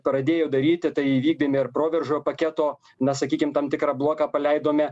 pradėjo daryti tai įvykdėme ir proveržio paketo na sakykim tam tikrą bloką paleidome